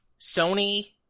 Sony